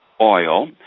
oil